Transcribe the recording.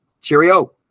cheerio